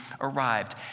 arrived